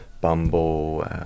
Bumble